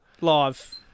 Live